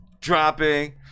dropping